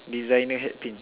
designer head pin